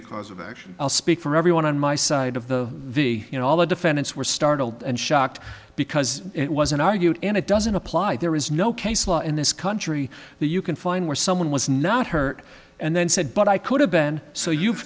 any cause of action i'll speak for everyone on my side of the v you know all the defendants were startled and shocked because it was an argued and it doesn't apply there is no case law in this country the you can find where someone was not hurt and then said but i could have been so you've